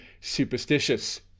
superstitious